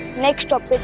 next stop.